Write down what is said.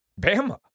Bama